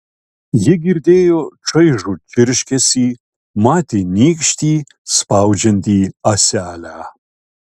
ji girdėjo čaižų čirškesį matė nykštį spaudžiantį ąselę